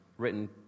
written